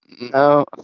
No